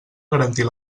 garantir